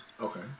Okay